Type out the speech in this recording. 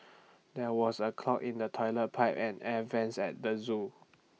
there was A clog in the Toilet Pipe and the air Vents at the Zoo